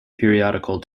periodical